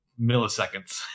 milliseconds